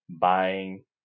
buying